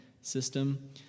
system